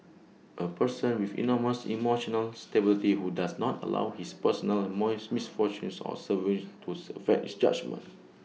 A person with enormous emotional stability who does not allow his personal misfortunes or sufferings to affect his judgement